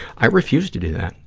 i refuse to do that.